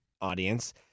audience